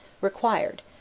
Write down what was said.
required